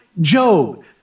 Job